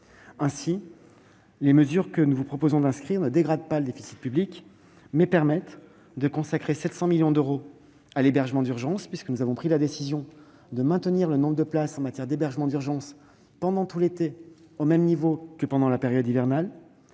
Si les mesures que nous vous proposons d'inscrire ne dégradent pas le déficit public, elles permettent de consacrer 700 millions d'euros à l'hébergement d'urgence : nous avons pris la décision de maintenir le nombre de places pendant tout l'été au même niveau que pendant la période hivernale.